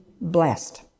blessed